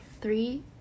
three